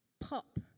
pop